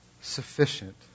sufficient